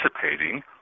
participating